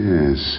Yes